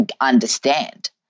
understand